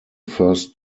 first